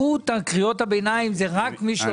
גם את